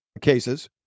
cases